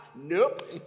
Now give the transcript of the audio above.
nope